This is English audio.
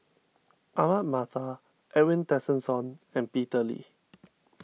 Ahmad Mattar Edwin Tessensohn and Peter Lee